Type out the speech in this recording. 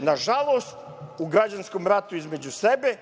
nažalost, u građanskom ratu između sebe,